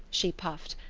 she puffed.